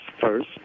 first